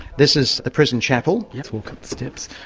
this is the prison chapel. yes, we've got steps,